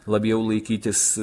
labiau laikytis